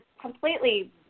completely